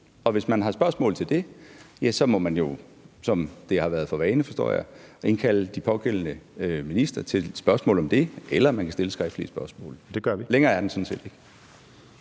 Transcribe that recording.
Og hvis man har spørgsmål til det, må man jo, som det har været for vane, forstår jeg, indkalde de pågældende ministre til et spørgsmål om det, eller man kan stille skriftlige spørgsmål. (Morten Messerschmidt